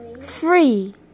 Free